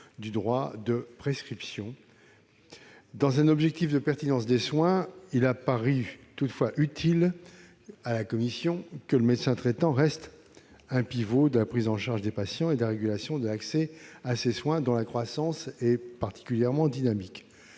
du droit de prescription. Dans un objectif de pertinence des soins, il a paru utile à la commission de maintenir le médecin traitant comme un pivot de la prise en charge des patients et de la régulation de l'accès à ces soins, dont la croissance est particulièrement dynamique.